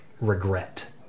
regret